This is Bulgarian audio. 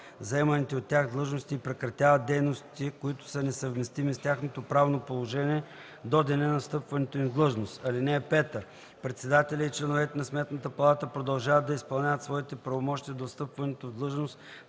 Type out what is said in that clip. заеманите от тях длъжности и прекратяват дейностите, които са несъвместими с тяхното правно положение, до деня на встъпването им в длъжност. (5) Председателят и членовете на Сметната палата продължават да изпълняват своите правомощия до встъпването в длъжност